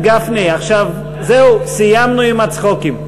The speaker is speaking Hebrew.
חבר הכנסת גפני, עכשיו זהו, סיימנו עם הצחוקים.